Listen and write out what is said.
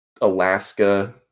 Alaska